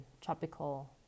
tropical